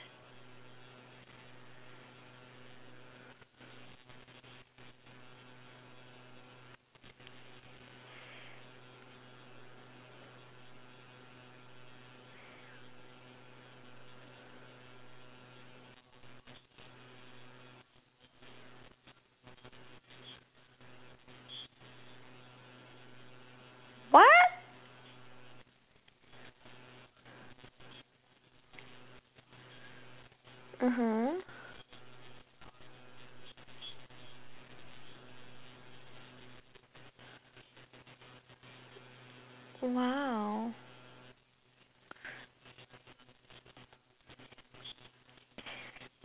what (uh huh) !wow!